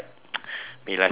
be letting